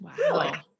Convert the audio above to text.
Wow